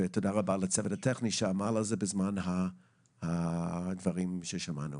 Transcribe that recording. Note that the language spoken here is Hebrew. לצוות הטכני שעמל על זה בזמן הדברים ששמענו.